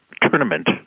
tournament